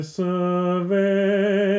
survey